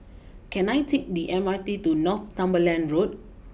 can I take the M R T to Northumberland Road